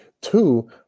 Two